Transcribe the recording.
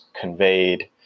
conveyed